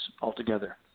altogether